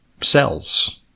cells